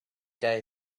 day